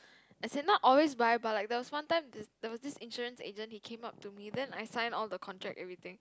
as in not always buy but like there was one time this there was this insurance agent he came up to me then I sign on the contract everything